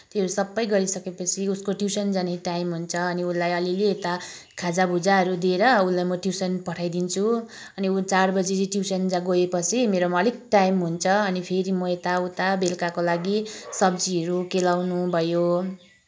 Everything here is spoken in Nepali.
त्योहरू सबै गरि सकेपछि उसको ट्युसन जाने टाइम हुन्छ अनि उसलाई अलि अलि यता खाजा भुजाहरू दिएर उसलाई म ट्युसन पठाइदिन्छु अनि उ चार बजी ट्युसन गएपछि मेरोमा अलिक टाइम हुन्छ अनि फेरि म यता उता बेलुकाको लागि सब्जीहरू केलाउनु भयो